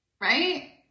Right